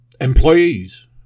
employees